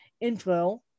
intro